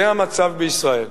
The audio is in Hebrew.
זה המצב בישראל.